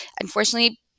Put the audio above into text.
Unfortunately